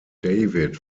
david